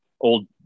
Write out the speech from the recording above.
old